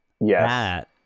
Yes